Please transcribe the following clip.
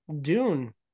dune